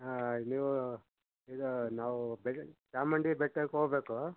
ಹಾಂ ನೀವು ಇದು ನಾವು ಬೆಳ್ ಚಾಮುಂಡಿ ಬೆಟ್ಟಕ್ಕೆ ಹೋಗ್ಬೇಕು